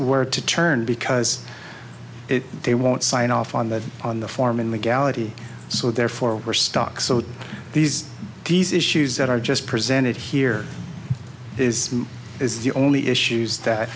where to turn because they won't sign off on that on the form in the galaxy so therefore we're stuck so these these issues that are just presented here is is the only issues that